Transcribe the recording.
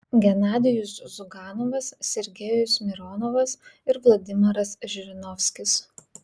genadijus ziuganovas sergejus mironovas ir vladimiras žirinovskis